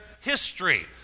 history